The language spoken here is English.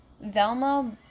Velma